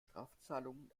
strafzahlungen